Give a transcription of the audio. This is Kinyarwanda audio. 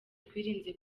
twirinze